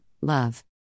love